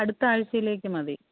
അടുത്ത ആഴ്ച്ചയിലേക്ക് മതി